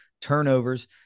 turnovers